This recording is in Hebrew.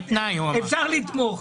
אפשר לתמוך.